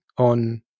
On